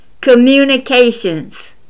communications